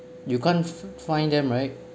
you can't fine them right